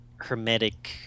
hermetic